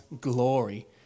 glory